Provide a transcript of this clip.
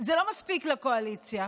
זה לא מספיק לקואליציה,